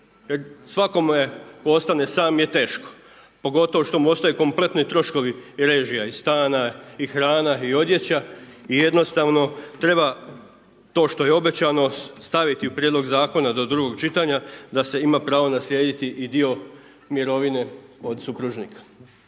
Svakome tko ostane sam je teško, pogotovo što mu ostaje kompletno i troškovi i režija i stana, i hrana i odjeća i jednostavno treba to što je obećano staviti u Prijedlog zakona do drugog čitanja da se ima pravo naslijediti i dio mirovine od supružnika.